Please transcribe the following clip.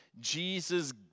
Jesus